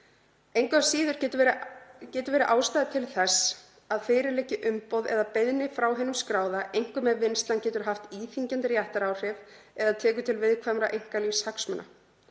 Engu að síður getur verið ástæða til þess að fyrir liggi umboð eða beiðni frá hinum skráða, einkum ef vinnslan getur haft íþyngjandi réttaráhrif eða tekur til viðkvæmra einkalífshagsmuna.